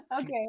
okay